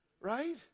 Right